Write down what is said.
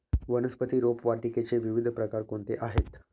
वनस्पती रोपवाटिकेचे विविध प्रकार कोणते आहेत?